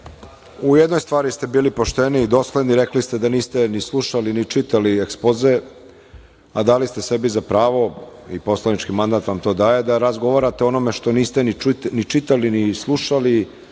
jednoj stvari ste bili pošteni i dostojni i rekli ste da niste ni slušali ni čitali ekspoze, a dali ste sebi za pravo, i poslanički mandat vam to daje, da razgovarate o onome što niste ni čitali, ni slušali,